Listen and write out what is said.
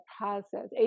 process